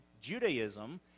Judaism